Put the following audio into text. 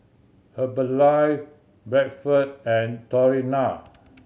Herbalife Bradford and